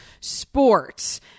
Sports